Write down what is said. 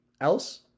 else